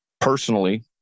personally